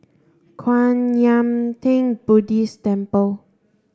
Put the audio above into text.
Kwan Yam Theng Buddhist Temple